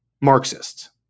Marxists